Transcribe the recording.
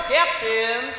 Captain